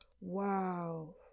Wow